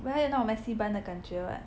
like that not messy bun 的感觉 [what]